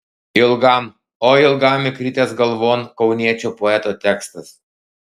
ilgam oi ilgam įkritęs galvon kauniečio poeto tekstas